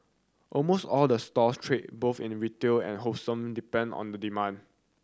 almost all the stores trade both in retail and wholesale depend on the demand